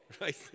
right